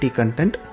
content